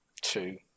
Two